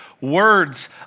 words